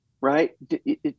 Right